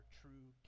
true